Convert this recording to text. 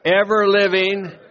ever-living